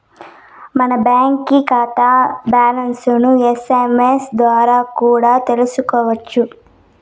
మన బాంకీ కాతా బ్యాలన్స్లను ఎస్.ఎమ్.ఎస్ ద్వారా కూడా తెల్సుకోవచ్చు